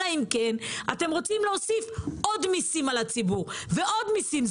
אלא אם כן אתם רוצים להוסיף עוד מיסים על הציבור ועוד מיסים.